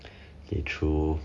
okay true